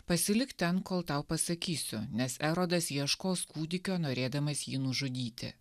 pasilik ten kol tau pasakysiu nes erodas ieškos kūdikio norėdamas jį nužudyti